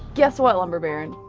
guess what lumber baron?